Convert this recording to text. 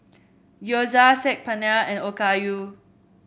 Gyoza Saag Paneer and Okayu